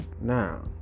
Now